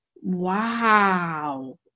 wow